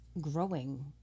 growing